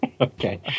Okay